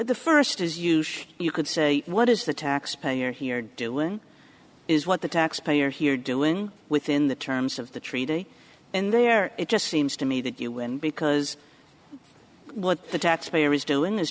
the first is huge you could say what is the taxpayer here doing is what the taxpayer here doing within the terms of the treaty in there it just seems to me that you win because what the taxpayer is doing